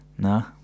No